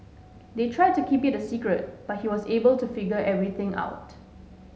they tried to keep it a secret but he was able to figure everything out